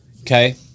Okay